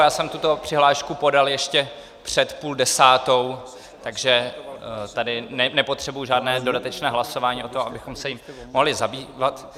Já jsem tuto přihlášku podal ještě před půl desátou, takže nepotřebuji žádné dodatečné hlasování o tom, abychom se jí mohli zabývat.